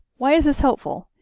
why is this helpful?